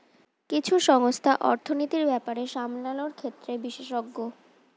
কিছু সংস্থা অর্থনীতির ব্যাপার সামলানোর ক্ষেত্রে বিশেষজ্ঞ